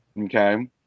Okay